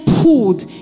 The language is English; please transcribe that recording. pulled